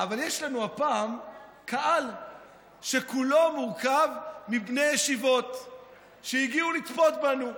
אבל יש לנו הפעם קהל שכולו מורכב מבני ישיבות שהגיעו לצפות בנו.